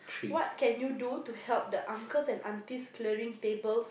what can you do to help the uncles and aunties clearing tables